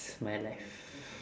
my life